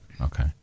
Okay